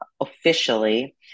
officially